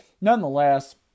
nonetheless